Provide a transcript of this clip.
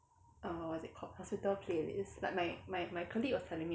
err what's called hospital playlist like my my my colleague was telling me